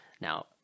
Now